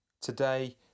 Today